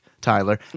Tyler